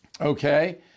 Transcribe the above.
okay